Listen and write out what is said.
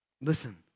Listen